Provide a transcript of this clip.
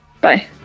Bye